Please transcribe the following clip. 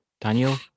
Daniel